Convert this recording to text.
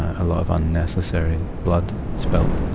a, a lot of unnecessary blood spilt.